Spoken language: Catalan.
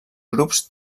grups